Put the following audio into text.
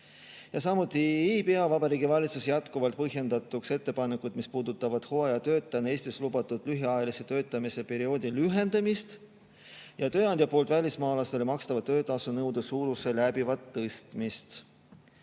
Samuti ei pea Vabariigi Valitsus endiselt põhjendatuks ettepanekuid, mis puudutavad hooajatöötajana Eestis lubatud lühiajalise töötamise perioodi lühendamist ja tööandja poolt välismaalastele makstava töötasu suuruse nõude läbivat tõstmist.